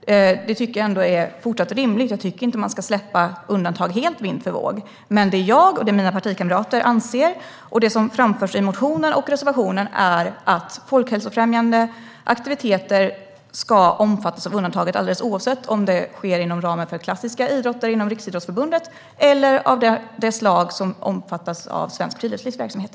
Det tycker jag ändå är fortsatt rimligt. Jag tycker inte att man ska släppa undantag helt vind för våg. Men det som jag och mina partikamrater anser, och som framförs i motioner och i reservationen, är att folkhälsofrämjande aktiviteter ska omfattas av undantaget alldeles oavsett om de sker inom ramen för klassiska idrotter inom Riksidrottsförbundet eller om de är av det slag som omfattas av Svenskt Friluftslivs verksamheter.